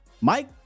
Mike